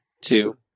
two